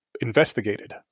investigated